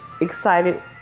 excited